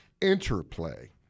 interplay